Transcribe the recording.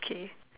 okay